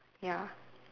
ya